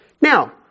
Now